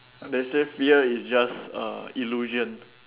they say fear is just a illusion